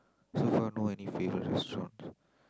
so far no any favourite restaurant